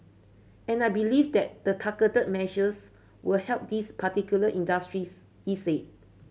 and I believe the targeted measures will help these particular industries he said